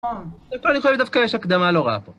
לכל יכול דווקא יש הקדמה לא רעה פה.